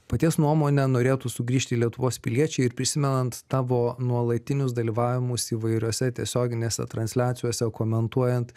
paties nuomone norėtų sugrįžti lietuvos piliečiai ir prisimenant tavo nuolatinius dalyvavimus įvairiose tiesioginėse transliacijose komentuojant